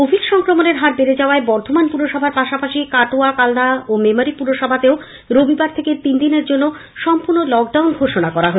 Covid সংক্রমণের হার বেড়ে যাওয়ায় বর্ধমান পুরসভার পাশাপাশি কাটোয়া কালনা ও মেমারি পুরসভায় রবিবার থেকে তিনদিনের জন্য সম্পূর্ণ লকডাউন ঘোষনা করা হল